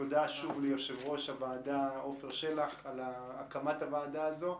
תודה שוב ליושב-ראש הוועדה לעפר שלח על הקמת הוועדה הזו,